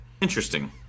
Interesting